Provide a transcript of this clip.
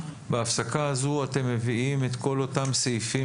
בהפסקה הזו אתם מביאים את כל אותם סעיפים